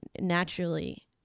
naturally